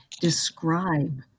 describe